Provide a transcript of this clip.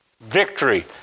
victory